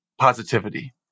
positivity